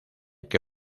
que